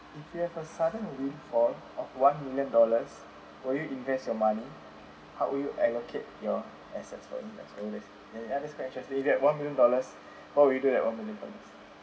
if you have a sudden windfall of one million dollars will you invest your money how will you allocate your asset for investment all these scratches if you have that one million dollars what would you do with that one million